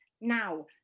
now